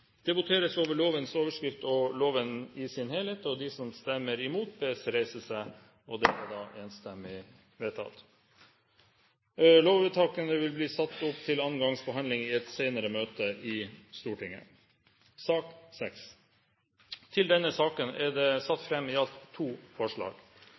Det voteres over lovens overskrift og loven i sin helhet. Lovvedtakene vil bli ført oppført til annen gangs behandling i et senere møte i Stortinget. Under debatten er det